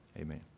Amen